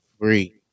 free